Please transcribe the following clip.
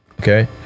okay